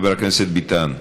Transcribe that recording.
חבר הכנסת ביטן.